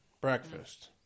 breakfast